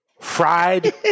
Fried